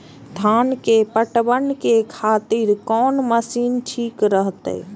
धान के पटवन के खातिर कोन मशीन ठीक रहते?